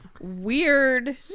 weird